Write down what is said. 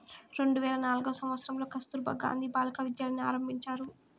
రెండు వేల నాల్గవ సంవచ్చరంలో కస్తుర్బా గాంధీ బాలికా విద్యాలయని ఆరంభించారు